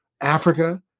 Africa